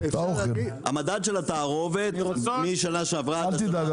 המדד של התערובת משנה שעברה --- אל תדאג,